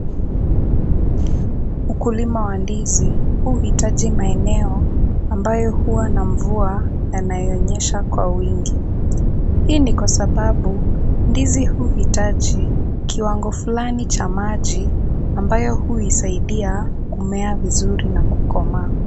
Ukulima wa ndizi huhitaji maeneo ambayo huwa na mvua yanayoonyesha kwa wingi. Hii ni kwa sababu ndizi uhitaji kiwango fulani cha maji ambayo huisaidia kumea vizuri na kukomaa.